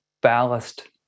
ballast